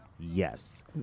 Yes